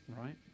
right